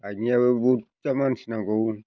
गायनायावबो बुरजा मानसि नांगौ